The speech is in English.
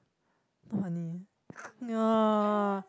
not funny yeah